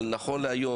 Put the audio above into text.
אבל נכון להיום,